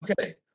Okay